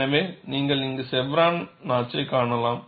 எனவே நீங்கள் இங்கே செவ்ரான் நாட்ச்யைக் காணலாம்